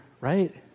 right